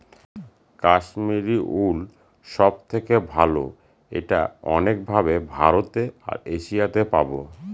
Kashmiri wool সব থেকে ভালো এটা অনেক ভাবে ভারতে আর এশিয়াতে পাবো